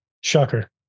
Shocker